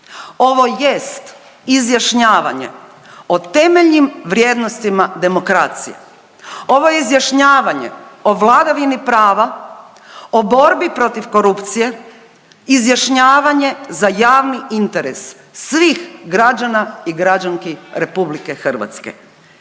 ovo jest izjašnjavanje o temeljnim vrijednostima demokracije, ovo je izjašnjavanje o vladavini prava, o borbi protiv korupcije, izjašnjavanje za javni interes svih građana i građanki RH.